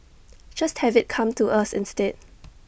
just have IT come to us instead